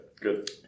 good